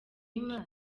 y’imari